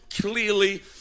clearly